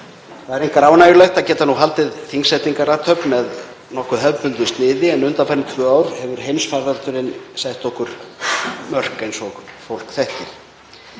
Það er einkar ánægjulegt að geta nú haldið þingsetningarathöfn með hefðbundnu sniði, en undanfarin tvö ár hefur heimsfaraldurinn sett okkur mörk eins og fólk þekkir.